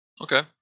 okay